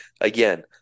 Again